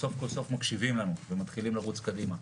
וסוף כל סוף מקשיבים לנו ומתחילים לרוץ קדימה.